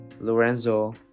lorenzo